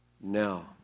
Now